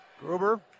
Gruber